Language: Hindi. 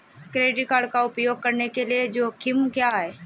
क्रेडिट कार्ड का उपयोग करने के जोखिम क्या हैं?